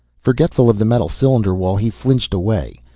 forgetful of the metal cylinder wall, he flinched away.